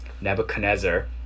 Nebuchadnezzar